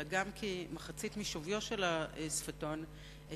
אלא גם כי מחצית משווי הקנייה של השפתון תועבר